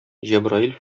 җәбраил